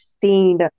seen